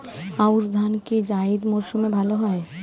আউশ ধান কি জায়িদ মরসুমে ভালো হয়?